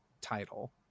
title